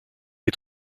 des